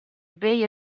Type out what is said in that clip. bay